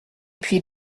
puis